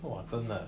!wah! 真的